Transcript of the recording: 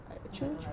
or I don't like birds